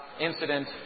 incident